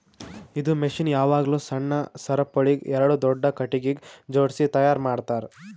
ಇದು ಮಷೀನ್ ಯಾವಾಗ್ಲೂ ಸಣ್ಣ ಸರಪುಳಿಗ್ ಎರಡು ದೊಡ್ಡ ಖಟಗಿಗ್ ಜೋಡ್ಸಿ ತೈಯಾರ್ ಮಾಡ್ತರ್